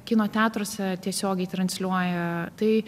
kino teatruose tiesiogiai transliuoja tai